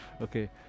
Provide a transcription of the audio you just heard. Okay